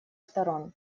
сторон